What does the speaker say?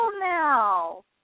now